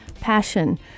passion